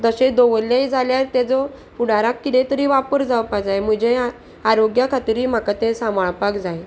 तशें दवरले जाल्यार तेजो फुडाराक किदेंय तरी वापर जावपाक जाय म्हजे आरोग्या खातीरूय म्हाका तें सांबाळपाक जाय